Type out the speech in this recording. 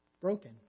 broken